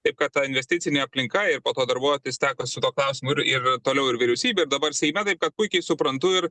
taip kad ta investicinė aplinka ir po to darbuotis teko su tuo klausimu ir ir toliau ir vyriausybėj ir dabar seime taip kad puikiai suprantu ir